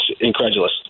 incredulous